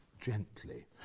gently